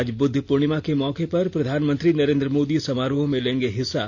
आज ब्रद्ध पूर्णिमा के मौके पर प्रधानमंत्री नरेन्द्र मोदी समारोह में लेंगे हिस्सा